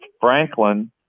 Franklin